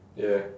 yeah